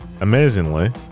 amazingly